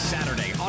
Saturday